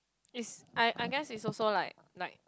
is I I guess is also like like